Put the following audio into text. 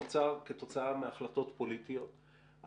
זה נוצר כתוצאה מהחלטות פוליטיות,